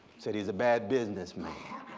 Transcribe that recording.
said he's a bad business man,